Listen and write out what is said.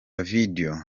videwo